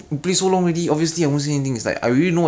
你们 is 浪费时间的你懂吗